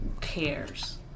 cares